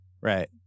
Right